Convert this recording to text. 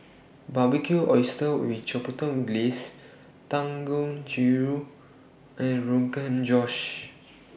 Barbecued Oysters with Chipotle Glaze Dangojiru and Rogan Josh